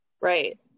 Right